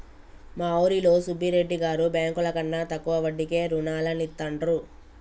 మా ఊరిలో సుబ్బిరెడ్డి గారు బ్యేంకుల కన్నా తక్కువ వడ్డీకే రుణాలనిత్తండ్రు